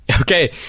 Okay